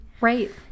Right